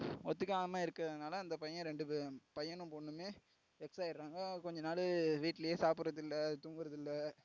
ஒத்துக்காம இருக்கிறதுனால அந்த பையன் ரெண்டு பேரும் பையனும் பொண்ணுமே வெக்ஸ் ஆயிட்றாங்க கொஞ்ச நாள் வீட்டிலே சாப்பிட்தில்ல தூங்குறதில்லை